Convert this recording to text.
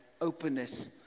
openness